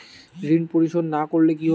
ঋণ পরিশোধ না করলে কি হবে?